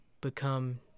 become